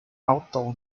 outdoor